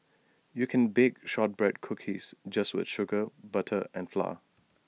you can bake Shortbread Cookies just with sugar butter and flour